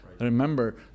Remember